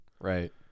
Right